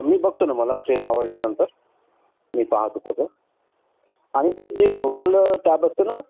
मी बघतो ना मला फ्रेम आवडल्यानंतर मी पाहातो तसं आणि ते जे नोझल टॅब असते ना